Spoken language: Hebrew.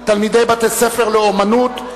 תלמידי בתי-ספר לאמנות).